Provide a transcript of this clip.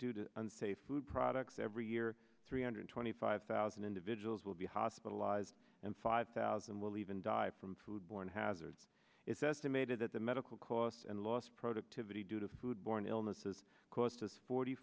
to unsafe food products every year three hundred twenty five thousand individuals will be hospitalized and five thousand will even die from food borne hazards it's estimated that the medical costs and lost productivity due to food borne illnesses cost us forty